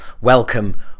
welcome